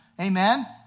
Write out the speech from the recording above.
Amen